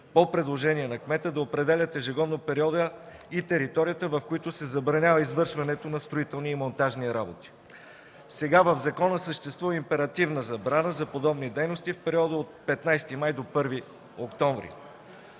по предложение на кмета да определят ежегодно периода и територията, в които се забранява извършването на строителни и монтажни работи. Сега в закона съществува императивна забрана за подобни дейности в периода от 15 май до 1 октомври.